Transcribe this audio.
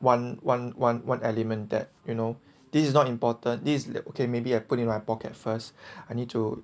one one one one element that you know this is not important this is okay maybe I put in my pocket first I need to